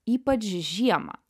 ypač žiemą